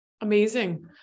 Amazing